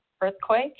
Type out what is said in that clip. earthquake